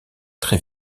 très